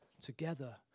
together